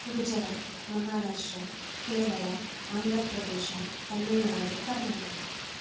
Gujarat Maharashtra Kerala Andhra Pradesh Tamil Nadu Karnataka